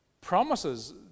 promises